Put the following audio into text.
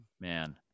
Man